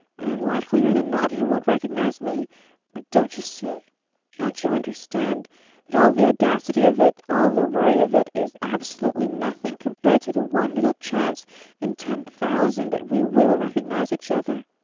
and likelier than not he won't recognize me but don't you see can't you understand that all the audacity of it, all the worry of it is absolutely nothing compared to the one little chance in ten thousand that we will recognize each other?